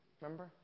Remember